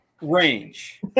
Range